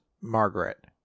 Margaret